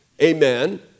amen